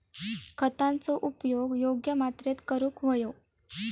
खतांचो उपयोग योग्य मात्रेत करूक व्हयो